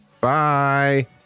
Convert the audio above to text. Bye